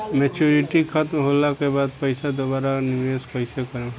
Maturity खतम होला के बाद पईसा दोबारा निवेश कइसे करेम?